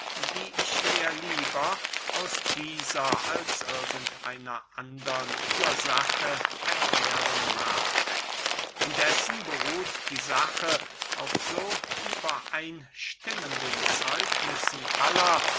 die ich mir lieber aus dieser als irgend einer andern ursache erklären mag indessen beruht die sache auf so übereinstimmenden zeugnissen aller